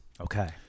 Okay